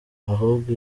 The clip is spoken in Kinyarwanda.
ahubwo